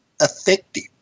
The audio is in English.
effective